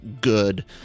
good